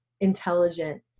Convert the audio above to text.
intelligent